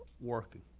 working.